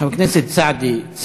חבר הכנסת סעדי,